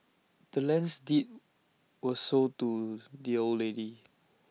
the land's deed was sold to the old lady